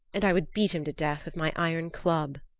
and i would beat him to death with my iron club.